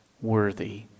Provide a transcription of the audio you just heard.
worthy